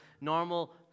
normal